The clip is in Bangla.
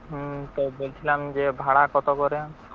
হুম তো বলছিলাম যে ভাড়া কত করে